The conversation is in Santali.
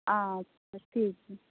ᱟᱪᱪᱷᱟ ᱴᱷᱤᱠ ᱜᱮᱭᱟ